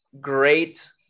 great